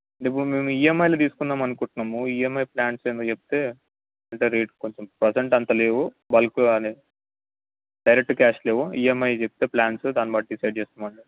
ఇప్పుడు మేము ఈయమ్ఐలో తీసుకుందాం అనుకుంటునాము ఈయమ్ఐ ప్లాన్స్ ఏందో చెప్తే అంటే రేట్ కొంచెం ప్రెజెంట్ అంత లేవు బల్క్గానే డైరెక్ట్ క్యాష్ లేవు ఈయమ్ఐ చెప్తే ప్లాన్స్ దాని బట్టి డిసైడ్ చేస్తాం అండి